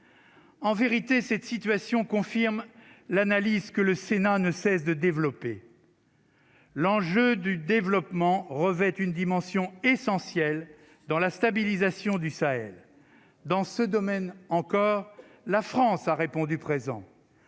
En vérité, cette situation confirme l'analyse que le Sénat ne cesse de développer. L'enjeu du développement revêtent une dimension essentielle dans la stabilisation du Sahel dans ce domaine, encore, la France a répondu présent,